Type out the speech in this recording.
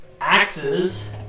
axes